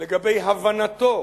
לגבי הבנתו,